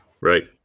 Right